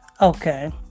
Okay